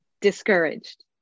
discouraged